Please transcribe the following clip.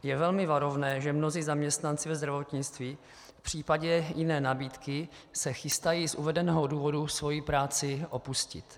Je velmi varovné, že mnozí zaměstnanci ve zdravotnictví v případě jiné nabídky se chystají z uvedeného důvodu svoji práci opustit.